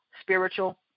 spiritual